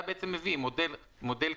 אתה בעצם מביא מודל קבוע,